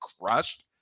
crushed